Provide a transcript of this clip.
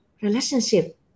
relationship